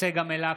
צגה מלקו,